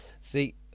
See